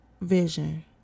vision